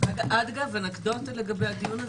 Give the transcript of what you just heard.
אגב, אנקדוטה לגבי הדיון הזה.